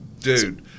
dude